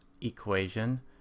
equation